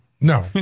No